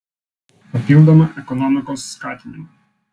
papildomą ekonomikos skatinimą